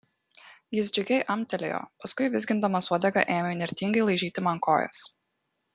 jis džiugiai amtelėjo paskui vizgindamas uodegą ėmė įnirtingai laižyti man kojas